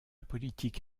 politique